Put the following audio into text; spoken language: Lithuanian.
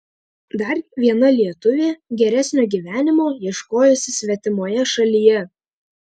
dar viena lietuvė geresnio gyvenimo ieškojusi svetimoje šalyje